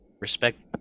Respect